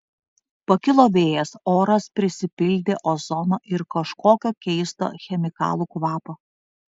pakilo vėjas oras prisipildė ozono ir kažkokio keisto chemikalų kvapo